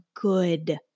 good